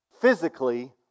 physically